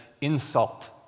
insult